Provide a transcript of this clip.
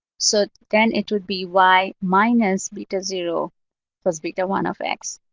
so then it would be y minus beta zero plus beta one of x.